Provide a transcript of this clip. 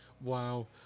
wow